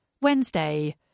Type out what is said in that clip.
Wednesday